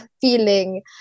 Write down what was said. feeling